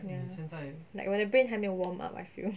ya like 我的 brain 还没有 warm up I feel